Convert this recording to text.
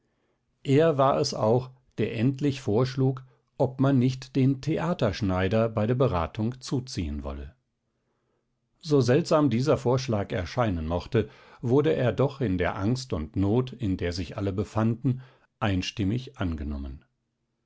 er war es auch der endlich vorschlug ob man nicht den theaterschneider bei der beratung zuziehen wolle so seltsam dieser vorschlag erscheinen mochte wurde er doch in der angst und not in der sich alle befanden einstimmig angenommen